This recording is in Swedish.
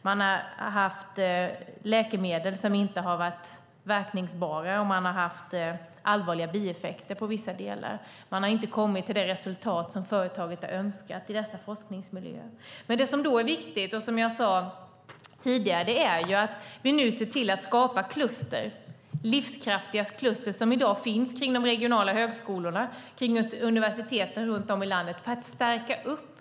Man har haft läkemedel som inte har varit verkningsfulla, och man har haft allvarliga bieffekter i vissa delar. Man har inte nått det resultat som företaget har önskat i dessa forskningsmiljöer. Det som är viktigt är att vi nu ser till att skapa kluster, som jag sade tidigare. Det ska vara livskraftiga kluster som de som i dag finns kring de regionala högskolorna och universiteten runt om i landet för att stärka detta.